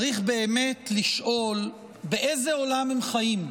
צריך באמת לשאול: באיזה עולם הם חיים?